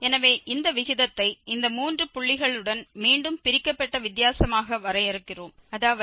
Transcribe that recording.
எனவே இந்த விகிதத்தை இந்த மூன்று புள்ளிகளுடன் மீண்டும் பிரிக்கப்பட்ட வித்தியாசமாக வரையறுக்கிறோம் அதாவது fx2x1x0